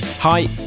Hi